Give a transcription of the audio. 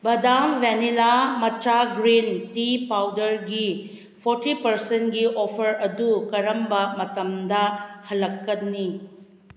ꯕꯗꯥꯝ vanilla matcha green tea ꯄꯥꯎꯗꯔꯒꯤ forty ꯄꯥꯔꯁꯦꯟꯒꯤ ꯑꯣꯐꯔ ꯑꯗꯨ ꯀꯔꯝꯕ ꯃꯇꯝꯗ ꯍꯜꯂꯛꯀꯅꯤ